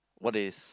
what is